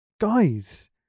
guys